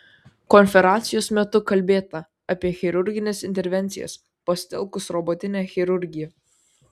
konferencijos metu kalbėta apie chirurgines intervencijas pasitelkus robotinę chirurgiją